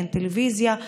אין טלוויזיה,